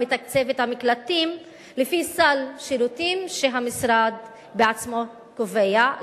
מתקצב את המקלטים לפי סל שירותים שהמשרד עצמו קובע,